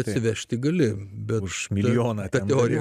atsivežti gali bemaž milijoną ką nori